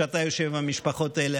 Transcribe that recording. כשאתם יושבים עם המשפחות האלה,